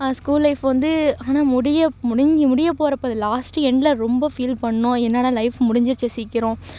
school life வந்து ஆனால் முடியப் முடிஞ்சு முடியப் போகிறப்ப லாஸ்ட்டு எண்டில் ரொம்ப ஃபீல் பண்ணோம் என்னடா லைஃப் முடிஞ்சிடுச்சே சீக்கிரம்